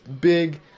big